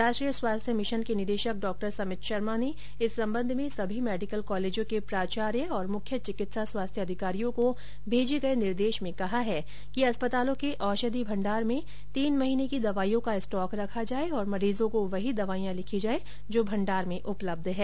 राष्ट्रीय स्वास्थ्य मिशन के निदेशक डॉ समित शर्मा ने इस सम्बन्ध में सभी मेडिकल कॉलेजों के प्राचार्य और मुख्य चिकित्सा स्वास्थ्य अधिकारियों को भेजे गये निर्देश में कहा है कि अस्पतालों के औषधि भण्डार में तीन महीने की दवाइयों का स्टॉक रखा जाये और मरीजों को वही दवाइयां लिखी जायें जो भण्डार में उपलब्ध हैं